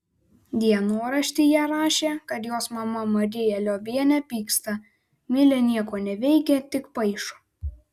dienoraštyje rašė kad jos mama marija liobienė pyksta milė nieko neveikia tik paišo